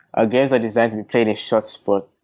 ah games are designed to be played in shot sports.